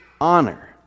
honor